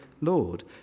Lord